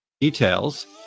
details